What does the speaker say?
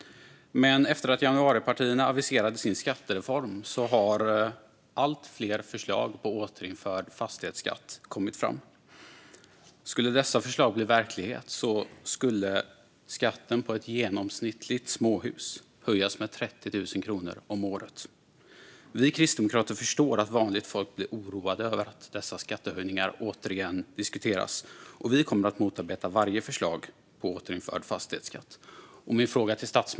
Efter att januaripartierna aviserade sin skattereform har allt fler förslag på återinförd fastighetsskatt kommit fram. Skulle dessa förslag bli verklighet skulle skatten på ett genomsnittligt småhus höjas med 30 000 kronor om året. Vi kristdemokrater förstår att vanligt folk blir oroade över att dessa skattehöjningar återigen diskuteras, och vi kommer att motarbeta varje förslag på återinförd fastighetsskatt.